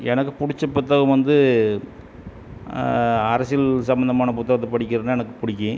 எனக்கு பிடிச்ச புத்தகம் வந்து அரசியல் சம்பந்தமான புத்தகத்தை படிக்கிறதுனால் எனக்கு பிடிக்கும்